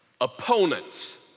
opponents